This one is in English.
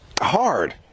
hard